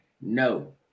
no